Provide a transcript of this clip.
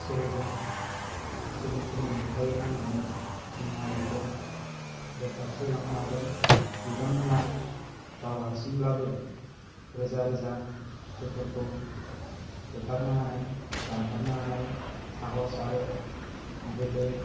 सोलोजों सुथुरफोरनि हेंथायै नांनानै जोंनि हारिखौ रैखाथि होलांनो हादों बिथांमोनहा गाव हारसिंब्लाबो रोजा रोजा सुथुरफोरखौ बुथारनो हानाय दानथारनो हानाय साहस आरो बोलो